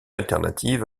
alternative